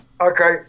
Okay